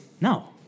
No